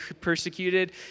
persecuted